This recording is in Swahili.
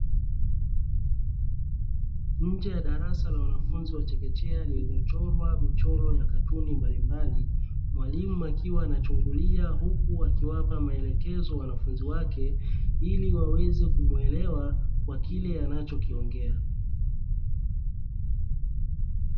Nje ya darasa la wanafunzi wa chekechekea lililo chorwa michoro ya katuni mbalimbali, mwalimu akiwa anachungulia huku akiwapa maelekezo wanafunzi wake ili waweze kumuelewa kwa kile anacho kiongea.